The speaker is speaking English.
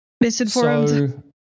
misinformed